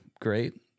great